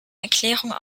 erklärung